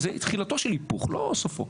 זה תחילתו של היפוך, לא סופו.